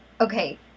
okay